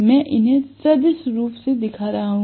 मैं उन्हें सदिश रूप से दिखा रहा हूं